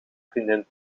vriendin